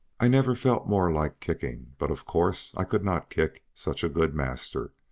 i never felt more like kicking, but of course i could not kick such a good master,